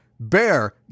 Bear